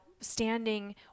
standing